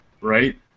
right